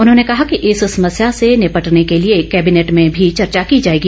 उन्होंने कहा कि इस समस्या से निपटने के लिए कोबिनेट में भी चर्चा की जाएगी